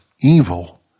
evil